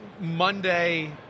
Monday